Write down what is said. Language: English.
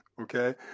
okay